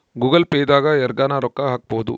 Google Pay ದಾಗ ಯರ್ಗನ ರೊಕ್ಕ ಹಕ್ಬೊದು